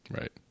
Right